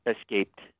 escaped